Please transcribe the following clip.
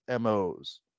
mo's